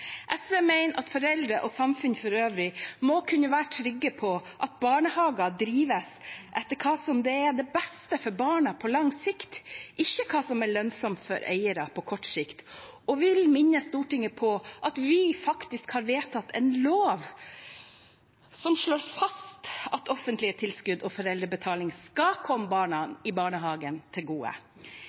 SV mener at foreldre – og samfunnet for øvrig – må kunne være trygge på at barnehager drives etter hva som er det beste for barna på lang sikt, ikke hva som er lønnsomt for eiere på kort sikt, og vil minne Stortinget om at vi faktisk har vedtatt en lov som slår fast at offentlige tilskudd og foreldrebetaling skal komme barna i barnehagen til gode.